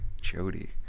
Jody